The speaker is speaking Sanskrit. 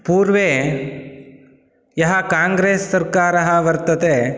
पूर्वे यः काङ्ग्रेस् सर्कारः वर्तते